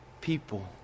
people